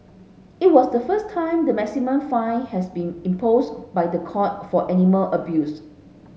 it was the first time the maximum fine has been imposed by the court for animal abuse